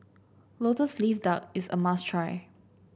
lotus leaf duck is a must try